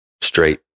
straight